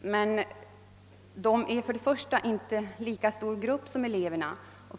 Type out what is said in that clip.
För det första är emellertid dessa grupper inte lika stora som elevgruppen.